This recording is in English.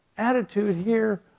attitude here